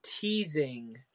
teasing